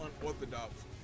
unorthodox